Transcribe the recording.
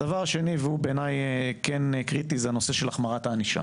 הדבר השני והוא בעיני כן קריטי הוא הנושא של החמרת הענישה.